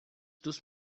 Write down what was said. dos